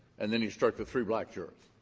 and then he struck the three black jurors,